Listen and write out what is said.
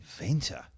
Inventor